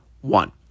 one